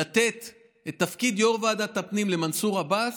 לתת את תפקיד יו"ר ועדת הפנים למנסור עבאס,